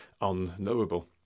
unknowable